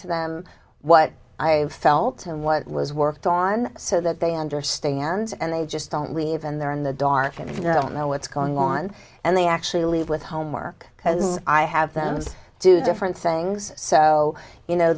to them what i felt and what was worked on so that they understand and they just don't leave and they're in the dark and you know i don't know what's going on and they actually leave with homework because i have them do different things so you know